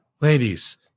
Ladies